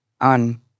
on